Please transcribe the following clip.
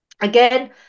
Again